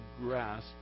grasp